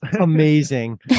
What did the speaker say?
amazing